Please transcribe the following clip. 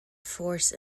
force